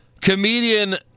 Comedian